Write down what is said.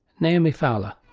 naomi fowler.